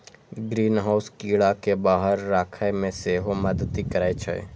greenhouse कीड़ा कें बाहर राखै मे सेहो मदति करै छै